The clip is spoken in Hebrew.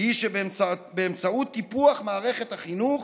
היא שבאמצעות טיפוח מערכת החינוך,